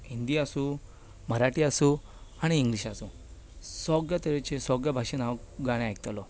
हिंदी आसूं मराठी आसूं आनी इंग्लीश आसूं सगळे तरेचें सगळे भाशेंत हांव गाणें आयकतालों